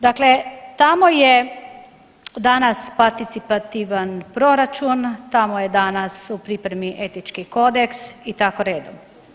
Dakle, tamo je danas participativan proračun, tamo je danas u pripremi etički kodeks i tako redom.